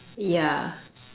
yeah